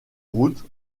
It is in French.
route